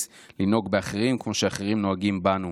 לנהוג באחרים כמו שאחרים נוהגים בנו,